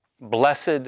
blessed